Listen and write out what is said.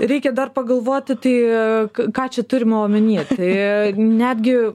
reikia dar pagalvoti ką čia turima omenyje tai netgi